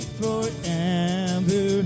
forever